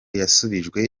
yasubijwe